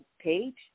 page